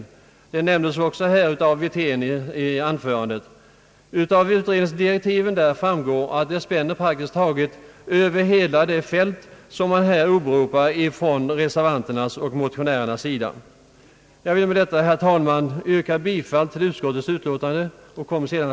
Det nämndes också av herr Wirtén. Av utredningsdirektiven framgår att utredningsarbetet spänner praktiskt taget över hela det fält som berörs från reservanternas och motionärernas sida.